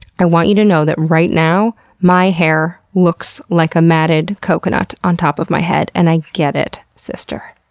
i want you to know that right now my hair looks like a matted coconut on top of my head and i get it, sister.